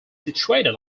situated